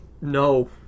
No